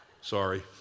Sorry